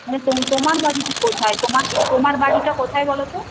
মানে তোমার বাড়ি কোথায় তোমার তোমার বাড়িটা কোথায় বলো তো